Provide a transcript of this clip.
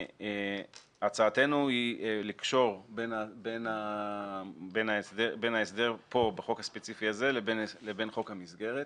הצעתנו היא לקשור בין ההסדר פה בחוק הספציפי הזה לבין חוק המסגרת.